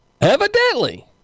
Evidently